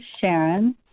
Sharon